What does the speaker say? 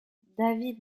david